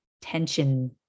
tension